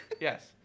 Yes